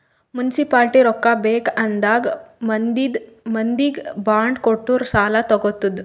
municipality ರೊಕ್ಕಾ ಬೇಕ್ ಆದಾಗ್ ಮಂದಿಗ್ ಬಾಂಡ್ ಕೊಟ್ಟು ಸಾಲಾ ತಗೊತ್ತುದ್